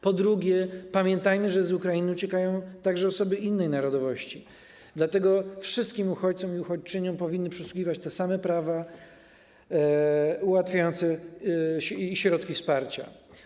Po drugie, pamiętajmy, że z Ukrainy uciekają także osoby innej narodowości, dlatego wszystkim uchodźcom i uchodźczyniom powinny przysługiwać te same prawa i środki wsparcia.